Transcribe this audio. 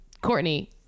Courtney